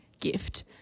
gift